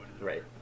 Right